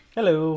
Hello